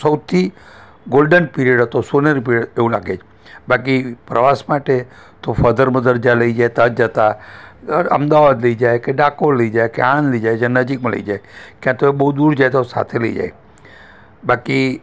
સૌથી golden period હતો સોનેરી પિરિયડ એવું લાગે જ બાકી પ્રવાસ માટે તો ફાધર મધર જ્યાં લઈ જાય ત્યાં જ જતાં અમદાવાદ લઈ જાય કે ડાકોર લઈ જાય કે આણંદ લઈ જાય જ્યાં નજીક મળી જાય ક્યાં તો એ બહુ દૂર જાય તો સાથે લઈ જાય બાકી